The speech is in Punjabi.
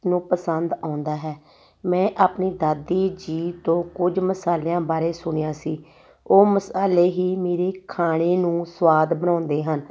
ਨੂੰ ਪਸੰਦ ਆਉਂਦਾ ਹੈ ਮੈਂ ਆਪਣੀ ਦਾਦੀ ਜੀ ਤੋਂ ਕੁਝ ਮਸਾਲਿਆਂ ਬਾਰੇ ਸੁਣਿਆ ਸੀ ਉਹ ਮਸਾਲੇ ਹੀ ਮੇਰੇ ਖਾਣੇ ਨੂੰ ਸੁਆਦ ਬਣਾਉਂਦੇ ਹਨ